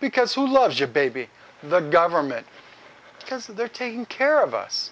because who loves you baby the government because they're taking care of us